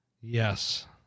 Yes